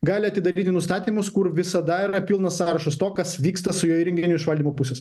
gali atidaryti nustatymus kur visada yra pilnas sąrašas to kas vyksta su jo įrenginiu iš valdymo pusės